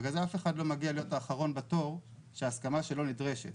בגלל זה אף אחד לא מגיע להיות האחרון בתור שההסכמה שלו נדרשת,